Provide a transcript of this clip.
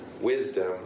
wisdom